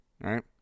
right